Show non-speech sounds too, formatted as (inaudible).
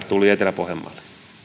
(unintelligible) tuli etelä pohjanmaalle